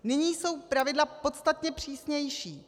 Nyní jsou pravidla podstatně přísnější.